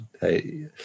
hey